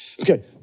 Okay